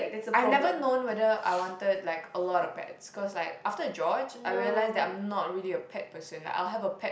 I've never known whether I wanted like a lot of pets cause like after a George I realise that I'm not really a pet person like I'll have a pet